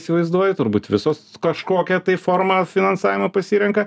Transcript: įsivaizduoju turbūt visos kažkokią tai formą finansavimą pasirenka